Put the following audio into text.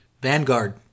Vanguard